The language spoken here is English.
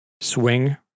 swing